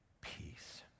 peace